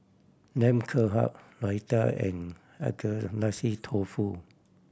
Lamb Kebab Raita and Agedashi Dofu